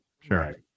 Sure